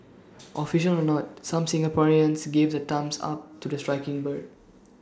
official or not some Singaporeans gave the thumbs up to the striking bird